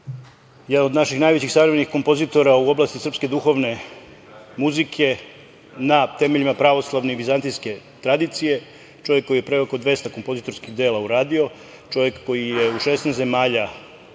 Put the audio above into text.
jedan od naših najvećih savremenih kompozitora u oblasti srpske duhovne muzike na temeljima pravoslavne i vizantijske tradicije, čovek koji je preko 200 kompozitorskih dela uradio, čovek koji je u 16 zemalja